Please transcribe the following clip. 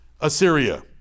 Assyria